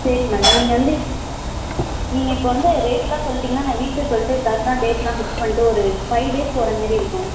சரி மேடம் நீங்கள் வந்து நீங்கள் இப்போது வந்து ரேட்டெலாம் சொல்லிட்டிங்னா நான் வீட்டில் சொல்லிட்டு கரெக்ட்டாக டேட்டெலாம் ஃபிக்ஸ் பண்ணிட்டு ஒரு ஃபை டேஸ் போகிற மாரி இருக்கும்